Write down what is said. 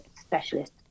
specialist